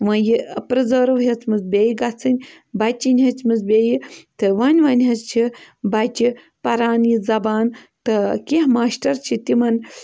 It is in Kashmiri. وۄنۍ یہِ پِرٛزٲرٕو ہیٚژمٕژ بیٚیہِ گَژھٕنۍ بَچِنۍ ہیٚژمٕژ بیٚیہِ تہٕ وۄنۍ وۄنۍ حظ چھِ بَچہِ پران یہِ زبان تہٕ کیٚنٛہہ ماشٹر چھِ تِمَن